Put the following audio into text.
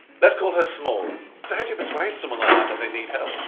let's call her smaller. how do you persuade someone like that that they need help?